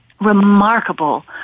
remarkable